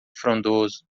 frondoso